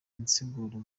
nsiguro